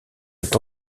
est